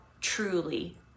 truly